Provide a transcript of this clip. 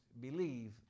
believe